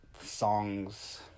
Songs